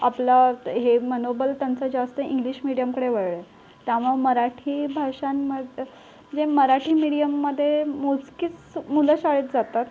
आपलं हे मनोबल त्यांचं जास्त इंग्लिश मीडियमकडे वळलंय त्यामुळं मराठी भाषांबद्दल जे मराठी मीडियममध्ये मोजकीच मुलं शाळेत जातात